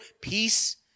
Peace